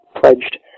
pledged